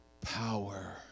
Power